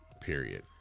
period